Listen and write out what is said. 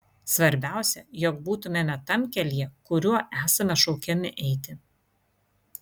svarbiausia jog būtumėme tam kelyje kuriuo esame šaukiami eiti